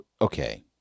Okay